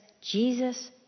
Jesus